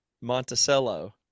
Monticello